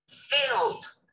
filled